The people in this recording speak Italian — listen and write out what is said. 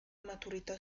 maturità